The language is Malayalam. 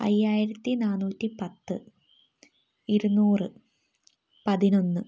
അയ്യായിരത്തി നാന്നൂറ്റി പത്ത് ഇരുന്നൂറ് പതിനൊന്ന്